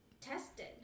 tested